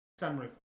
Sunroof